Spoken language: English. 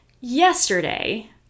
yesterday